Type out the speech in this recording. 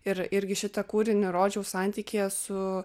ir irgi šitą kūrinį rodžiau santykyje su